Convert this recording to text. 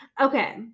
Okay